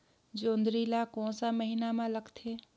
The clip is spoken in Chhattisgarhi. जोंदरी ला कोन सा महीन मां लगथे?